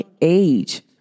age